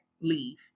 leave